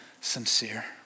sincere